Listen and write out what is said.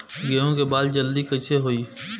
गेहूँ के बाल जल्दी कईसे होई?